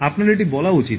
আপনার এটি বলা উচিত